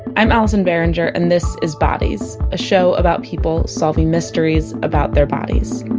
i'm allison behringer and this is bodies, a show about people solving mysteries about their bodies